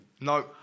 No